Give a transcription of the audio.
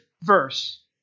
verse